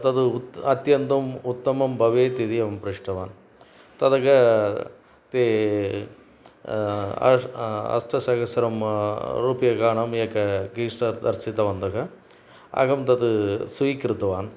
तद् उत् अत्यन्तम् उत्तमं भवेत् इति अहं पृष्टवान् ततः ते अष्टसहस्रं रूप्यकाणाम् एक गीसर् दर्शितवन्तः अहं तत् स्वीकृतवान्